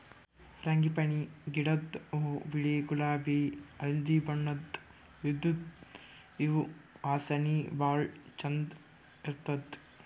frangipani ಗಿಡದ್ ಹೂವಾ ಬಿಳಿ ಗುಲಾಬಿ ಹಳ್ದಿ ಬಣ್ಣದ್ ಇದ್ದ್ ಇವ್ ವಾಸನಿ ಭಾಳ್ ಛಂದ್ ಇರ್ತದ್